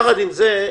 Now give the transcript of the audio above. יחד עם זה,